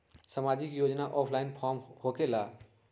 समाजिक योजना offline form होकेला?